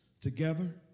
together